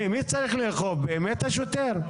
מי צריך לאכוף, זה באמת השוטר?